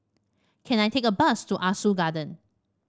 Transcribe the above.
can I take a bus to Ah Soo Garden